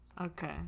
Okay